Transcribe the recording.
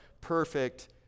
perfect